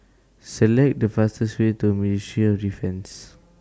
Select The fastest Way to Ministry of Defence